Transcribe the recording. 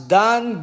done